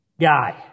guy